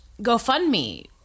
gofundme